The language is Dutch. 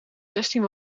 zestien